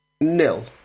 nil